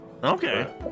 Okay